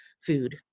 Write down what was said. food